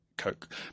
coke